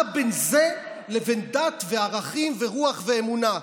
מה בין זה לבין דת, ערכים, רוח ואמונה?